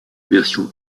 version